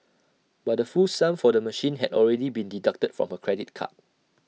but the full sum for the machine had already been deducted from her credit card